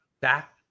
back